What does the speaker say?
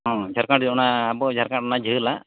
ᱦᱚᱸ ᱡᱷᱟᱲᱠᱦᱚᱸᱰ ᱨᱮᱭᱟᱜ ᱚᱱᱟ ᱟᱵᱚ ᱡᱷᱟᱲᱠᱷᱚᱸᱰ ᱨᱮᱱᱟᱜ ᱡᱷᱟᱹᱞᱟᱜ